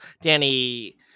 Danny